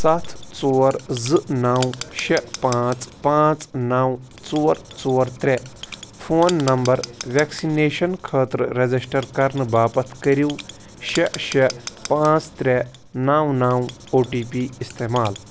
سَتھ ژور زٕ نَو شےٚ پانٛژھ پانٛژھ نَو ژور ژور ترٛےٚ فون نمبر وٮ۪کسِنیشن خٲطرٕ رجسٹر کرنہٕ باپتھ کٔرِو شےٚ شےٚ پانٛژھ ترٛےٚ نَو نَو او ٹی پی استعمال